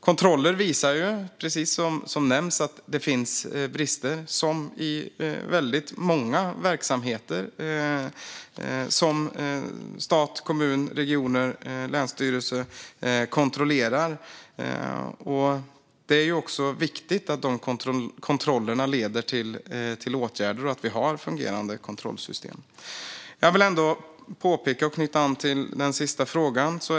Kontroller visar, precis som nämnts, att det finns brister, liksom i väldigt många verksamheter som stat, kommuner, regioner och länsstyrelser kontrollerar. Det är också viktigt att de kontrollerna leder till åtgärder och att vi har fungerande kontrollsystem. Jag vill knyta an till den sista frågan.